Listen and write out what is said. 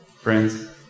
Friends